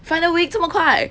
final week 这么快